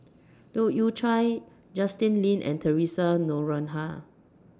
Leu Yew Chye Justin Lean and Theresa Noronha